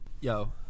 Yo